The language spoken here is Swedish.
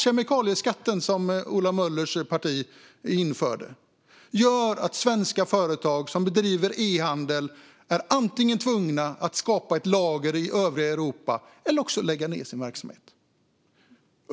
Kemikalieskatten som Ola Möllers parti införde gör att svenska företag som bedriver ehandel är tvungna att antingen skapa ett lager någonstans i övriga Europa eller lägga ned sin verksamhet.